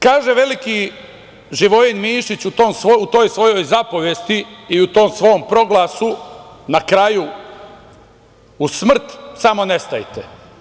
Kaže veliki Živojin Mišić u toj svojoj zapovesti i u tom svom proglasu na kraju: „U smrt, samo ne stajte.